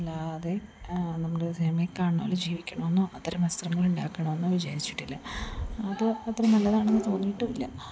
അല്ലാതെ നമ്മുടെ സിനിമയിൽ കാണണത് പോലെ ജീവിക്കണോന്നോ അത്തരം വസ്ത്രങ്ങൾ ഇണ്ടാക്കണോന്നോ വിചാരിച്ചിട്ടില്ല അപ്പോൾ അത്ര നല്ലതാണോന്ന് തോന്നിയിട്ടുമില്ല